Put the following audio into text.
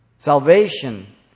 Salvation